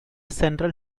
central